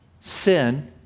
sin